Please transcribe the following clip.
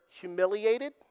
humiliated